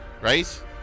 right